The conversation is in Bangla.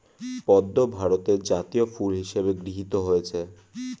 পদ্ম ভারতের জাতীয় ফুল হিসেবে গৃহীত হয়েছে